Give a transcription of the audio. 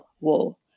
wall